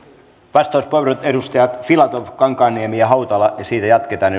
vastauspuheenvuorot edustajat filatov kankaanniemi ja hautala ja siitä jatketaan